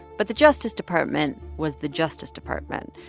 but the justice department was the justice department,